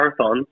marathons